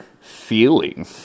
feeling